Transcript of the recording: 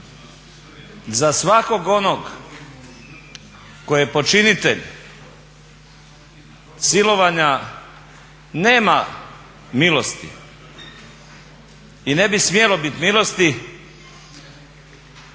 Za svakog onog koji je počinitelj silovanja nema milosti i ne bi smjelo biti milosti.